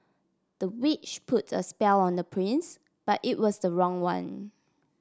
the witch put a spell on the prince but it was the wrong one